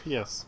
Yes